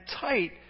tight